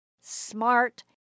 smart